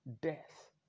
Death